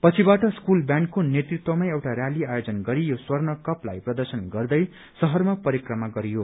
पछिबाट स्कूल ब्याण्डको नेतृत्वमा एउटा रैली आयोजन गरी यो स्वर्ण कपलाई प्रदर्शन गर्दै शहरमा परिक्रमा गरियो